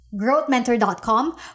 GrowthMentor.com